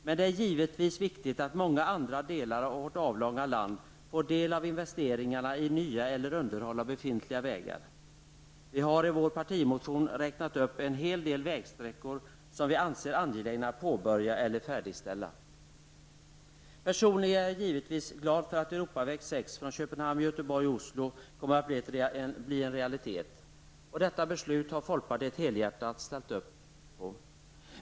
Men det är givetvis viktigt att många andra delar av vårt avlånga land får del av investeringarna i nya eller underhåll av befintliga vägar. Vi har i vår partimotion räknat upp en hel del vägsträckor som vi anser angelägna att påbörja eller färdigställa. Personligen är jag givetvis glad för att Europaväg 6 Köpenhamn--Göteborg--Oslo kommer att bli en realitet, och detta beslut har folkpartiet helhjärtat ställt upp på.